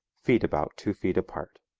feet about two feet apart.